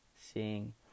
seeing